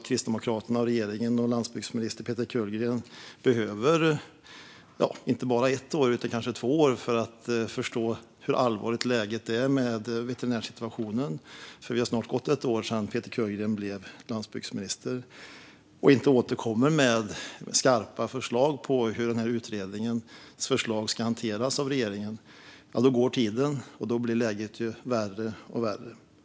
Kristdemokraterna, regeringen och landsbygdsminister Peter Kullgren kanske inte bara behöver ett år utan två år för att förstå hur allvarligt läget är när det gäller veterinärssituationen. Det har ju snart gått ett år sedan Peter Kullgren blev landsbygdsminister, och man har inte återkommit med skarpa förslag om hur den här utredningens förslag ska hanteras av regeringen. Då går tiden, och läget blir värre och värre.